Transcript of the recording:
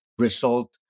result